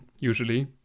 usually